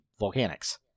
Volcanics